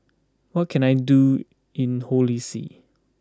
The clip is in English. what can I do in Holy See